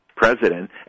president